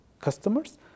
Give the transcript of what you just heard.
customers